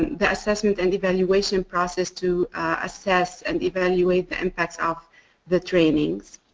the assessment and evaluation process to assess and evaluate the impacts of the trainings.